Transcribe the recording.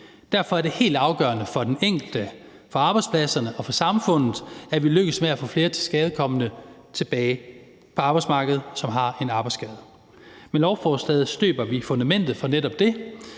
Derfor er det helt afgørende for den enkelte, for arbejdspladserne og for samfundet, at vi lykkes med at få flere tilskadekomne, som har en arbejdsskade, tilbage på arbejdsmarkedet. Med lovforslaget støber vi fundamentet for netop det,